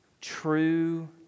true